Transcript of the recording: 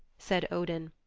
said odin,